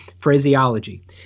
phraseology